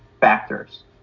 factors